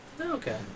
Okay